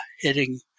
hitting